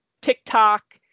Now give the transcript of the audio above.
TikTok